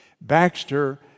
Baxter